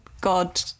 God